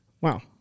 Wow